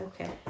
okay